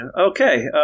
Okay